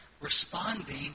responding